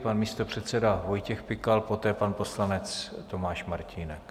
Pan místopředseda Vojtěch Pikal, poté pan poslanec Tomáš Martínek.